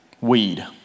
weed